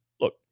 look